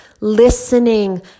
listening